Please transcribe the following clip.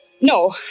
No